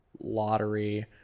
lottery